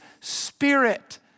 spirit